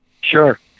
Sure